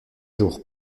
jours